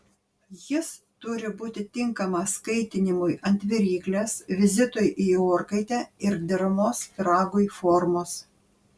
jis turi būti tinkamas kaitinimui ant viryklės vizitui į orkaitę ir deramos pyragui formos